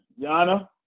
Yana